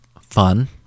fun